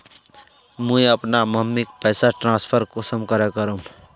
मुई अपना मम्मीक पैसा ट्रांसफर कुंसम करे करूम?